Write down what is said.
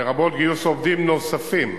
לרבות גיוס עובדים נוספים,